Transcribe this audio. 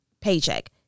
paycheck